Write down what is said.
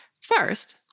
First